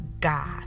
God